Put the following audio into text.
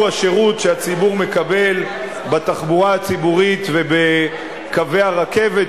השירות שהציבור מקבל בתחבורה הציבורית ובקווי הרכבת,